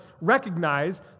recognize